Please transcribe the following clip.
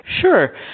Sure